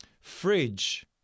fridge